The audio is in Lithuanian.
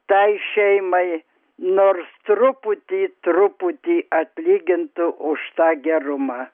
tai šeimai nors truputį truputį atlygintų už tą gerumą